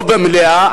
לא במליאה,